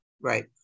Right